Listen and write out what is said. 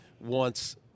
wants